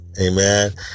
Amen